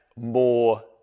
more